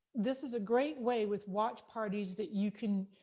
this is a great way, with watch parties that you can,